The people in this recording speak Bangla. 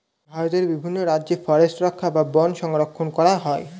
ভারতের বিভিন্ন রাজ্যে ফরেস্ট রক্ষা বা বন সংরক্ষণ করা হয়